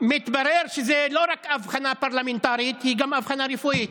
מתברר שזו לא רק אבחנה פרלמנטרית, אלא גם רפואית.